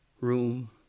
room